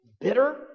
bitter